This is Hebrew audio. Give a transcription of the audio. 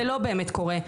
זה לא באמת קורה.